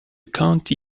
county